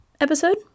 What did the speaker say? episode